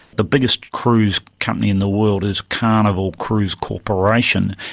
the biggest cruise company in the world is carnival cruise corporation.